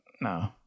No